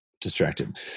distracted